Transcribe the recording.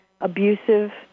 abusive